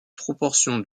proportions